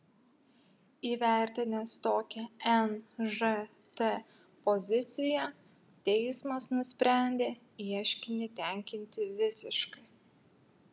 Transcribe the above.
įvertinęs tokią nžt poziciją teismas nusprendė ieškinį tenkinti visiškai